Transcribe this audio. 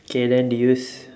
okay then do you s~